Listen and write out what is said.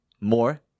more